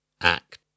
Act